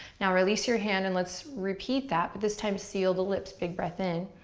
now release your hand and let's repeat that, but this time seal the lips, big breath in.